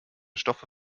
stoffe